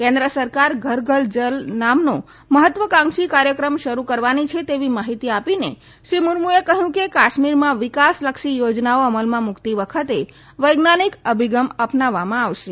કેન્દ્ર સરકાર ઘર ઘર જલ નામનો મહત્વાકાંક્ષી કાર્યક્રમ શરૂ કરવાની છે તેવી માહિતી આપીને શ્રી મુર્મુએ કહ્યું કે કાશ્મીરમાં વિકાસલક્ષી યોજનાઓ અમલમાં મૂકતી વખતે વૈજ્ઞાનિક અભિગમ અપનાવવામાં આવશે